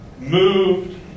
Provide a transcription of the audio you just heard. moved